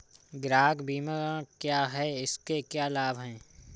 गृह बीमा क्या है इसके क्या लाभ हैं?